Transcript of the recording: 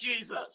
Jesus